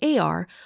AR